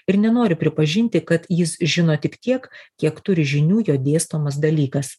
ir nenori pripažinti kad jis žino tik tiek kiek turi žinių jo dėstomas dalykas